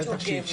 הקשבתי.